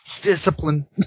Discipline